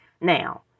Now